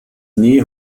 nie